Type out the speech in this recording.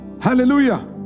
Hallelujah